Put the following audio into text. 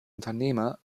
unternehmer